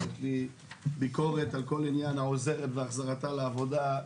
יש לי ביקורת על כל עניין העוזרת והחזרתה לעבודה,